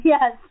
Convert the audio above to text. Yes